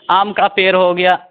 आम का पेड़ हो गया